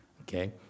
Okay